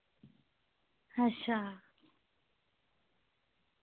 अच्छा